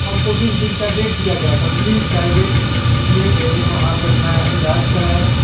हमको बीस दिन का डेट दिया गया था छिविल प्राइवेट में गए वहाँ पर अपना इलाज कराएँ